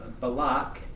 Balak